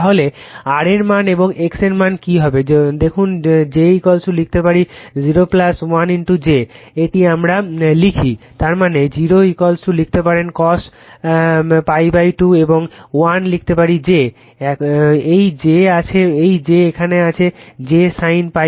তাহলে R এর মান এবং X মান কি হবে দেখুন j লিখতে পারি 0 1 j এটি আমরা লিখি তার মানে 0 লিখতে পারেন cos π 2 এবং 1 লিখতে পারি j এই j এখানে আছে j sin π 2